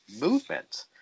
movement